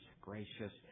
gracious